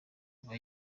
aba